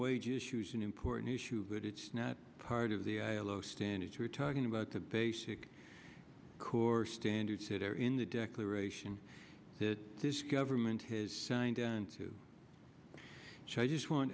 wage issue is an important issue but it's not part of the ilo standards you're talking about the basic core standards that are in the declaration that this government has signed on to show just want